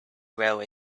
railway